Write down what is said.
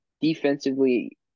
defensively